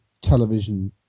television